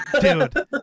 dude